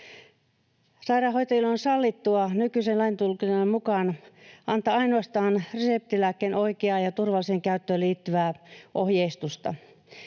Sairaanhoitajille on sallittua nykyisen laintulkinnan mukaan antaa ainoastaan reseptilääkkeen oikeaan ja turvalliseen käyttöön liittyvää ohjeistusta.